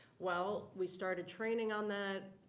well, we started training on that.